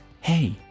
Hey